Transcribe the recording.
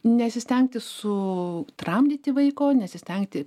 nesistengti su tramdyti vaiko nesistengti